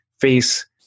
face